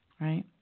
right